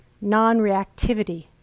non-reactivity